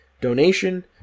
donation